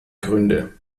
gründe